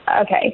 Okay